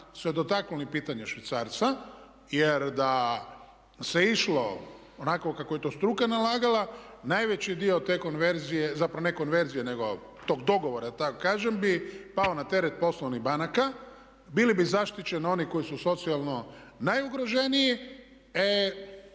se dotaknuli pitanja švicarca jer da se išlo onako kako je to struka nalagala najveći dio te konverzije, zapravo ne konverzije nego tog dogovora da tako kažem bi pao na teret poslovnih banaka, bili bi zaštićeni oni koji su socijalno najugroženiji.